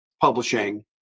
publishing